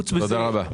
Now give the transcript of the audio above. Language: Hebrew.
תודה רבה.